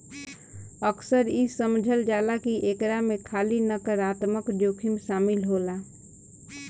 अक्सर इ समझल जाला की एकरा में खाली नकारात्मक जोखिम शामिल होला